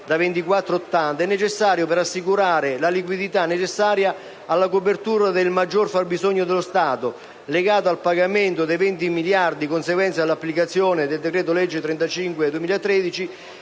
miliardi è necessario per assicurare la liquidità necessaria alla copertura del maggior fabbisogno dello Stato, legato al pagamento dei 20 miliardi conseguenti all'applicazione del decreto-legge n. 35 del 2013,